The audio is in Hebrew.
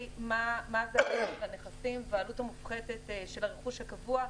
מה זה --- הנכסים והעלות המופחתת של הרכוש הקבוע,